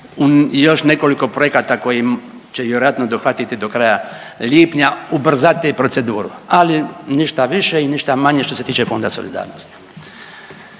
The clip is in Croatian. još nekoliko projekata koji će ih vjerojatno dohvatiti do kraja lipnja ubrzati proceduru, ali ništa više i ništa manje što se tiče Fonda solidarnosti.